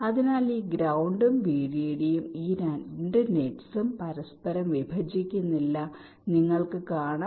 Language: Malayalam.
അതിനാൽ ഈ ഗ്രൌണ്ടും വിഡിഡിയും ഈ 2 നെറ്റ്സും പരസ്പരം വിഭജിക്കുന്നില്ല നിങ്ങൾക്ക് കാണാം